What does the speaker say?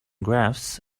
graphs